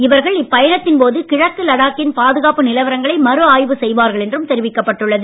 இவர்கள் இப்பயணத்தின் போது கிழக்கு லடாக்கின் பாதுகாப்பு நிலவரங்களை மறுஆய்வு செய்வார்கள் என்றும் தெரிவிக்கப்பட்டுள்ளது